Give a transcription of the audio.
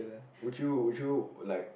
would you would you like